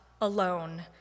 alone